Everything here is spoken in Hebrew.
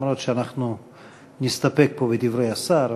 אף-על-פי שאנחנו נסתפק פה בדברי השר,